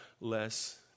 less